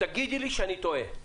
תגידי לי שאני טועה.